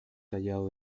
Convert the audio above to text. tallado